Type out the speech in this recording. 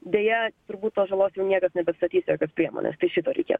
deja turbūt tos žalos jau niekas nebeatsatys jokios priemonės tai šito reikia